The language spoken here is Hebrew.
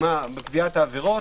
בפגיעת העבירות,